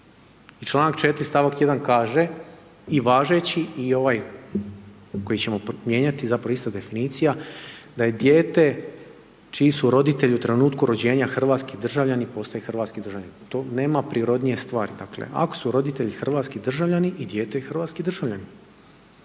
I stavak 4. stavak 1. kaže i važeći i ovaj koji ćemo mijenjati, zapravo ista definicija da je dijete čiji su roditelji u trenutku rođenja hrvatski državljani, postaje hrvatski državljanin. To nema prirodnije stvari, dakle ako su roditelji hrvatski državljani i dijete je hrvatski državljanin.